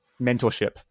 mentorship